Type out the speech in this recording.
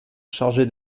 chargé